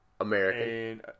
American